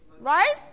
Right